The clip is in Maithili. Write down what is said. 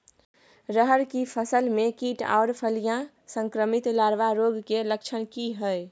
रहर की फसल मे कीट आर फलियां संक्रमित लार्वा रोग के लक्षण की हय?